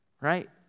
Right